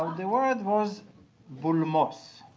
the word was bulmos